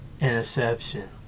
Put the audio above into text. interception